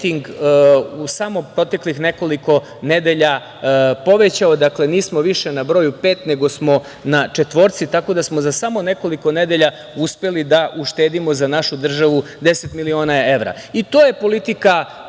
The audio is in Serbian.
rejting u samo proteklih nekoliko nedelja povećao, nismo više na broju pet nego smo na četvorci, tako da smo za samo nekoliko nedelja uspeli da uštedimo za našu državu 10 miliona evra. To